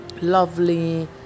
lovely